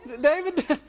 David